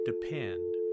depend